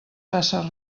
faça